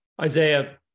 Isaiah